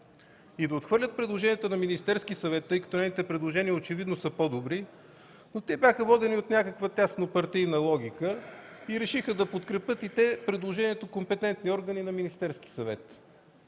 и да отхвърлят предложенията на Министерския съвет, тъй като очевидно нейните предложения са по-добри. Те обаче бяха водени от някаква тяснопартийна логика и решиха да подкрепят предложението „компетентни органи” на Министерския съвет